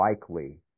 likely